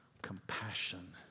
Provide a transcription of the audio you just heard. Compassion